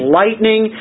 lightning